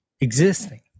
existing